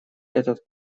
этот